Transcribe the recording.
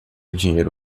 dinheiro